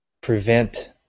prevent